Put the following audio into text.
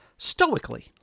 Stoically